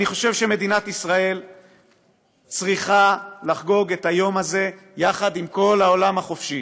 אני חושב שמדינת ישראל צריכה לחגוג את היום הזה יחד עם כל העולם החופשי.